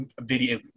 video